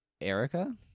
Erica